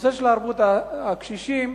בנושא של הערבות, הקשישים,